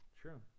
True